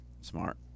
Smart